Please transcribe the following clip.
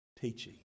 teaching